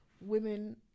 women